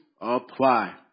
apply